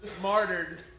martyred